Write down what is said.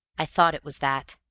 i thought it was that.